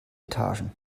etagen